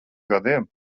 gadiem